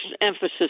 emphasis